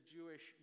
Jewish